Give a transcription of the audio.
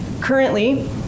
Currently